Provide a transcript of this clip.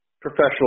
professional